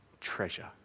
treasure